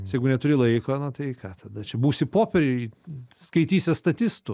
nes jeigu neturi laiko na tai ką tada čia būsi popieriai skaitysis statistu